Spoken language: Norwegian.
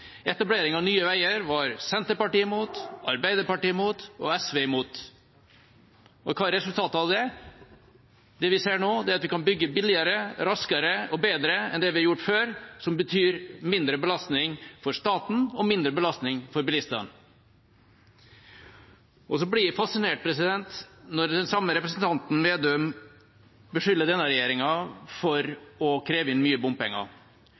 Etablering av Nye Veier var Senterpartiet imot, Arbeiderpartiet imot og SV imot. Og hva er resultatet av det? Det vi ser nå, er at vi kan bygge billigere, raskere og bedre enn vi har gjort før, som betyr mindre belastning for staten og mindre belastning for bilistene. Så blir jeg fascinert når den samme representanten, Slagsvold Vedum, beskylder denne regjeringa for å kreve inn mye bompenger.